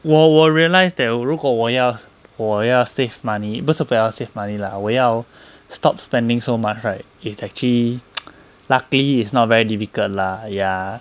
我我 realise that 如果我要我要 save money 不是我要 save money lah 我要 stop spending so much right it's actually luckily it's not very difficult lah ya